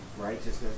righteousness